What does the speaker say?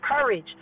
courage